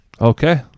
Okay